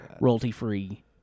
royalty-free